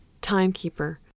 Timekeeper